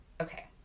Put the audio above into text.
Okay